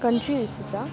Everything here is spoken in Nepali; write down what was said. कन्ट्रीहरूसित